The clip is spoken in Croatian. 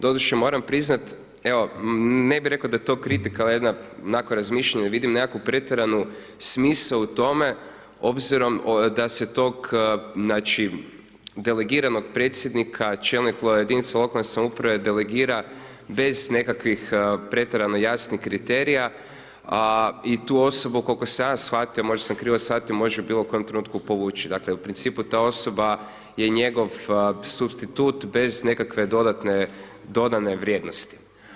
Doduše moram priznat, evo ne bih rekao da je to kritika, al jedna onako razmišljanje, vidim nekakvu pretjeranu smisao u tome, obzirom da se tog, znači delegiranom predsjednika, čelnik lokalne samouprave delegira bez nekakvih pretjerano jasnih kriterija, a i tu osobu, koliko sam ja shvatio, možda sam krivo shvatio, može u bilo kojem trenutku povući, dakle, u principu ta osoba je njegov supstitut bez nekakve dodatne dodane vrijednosti.